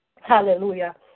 Hallelujah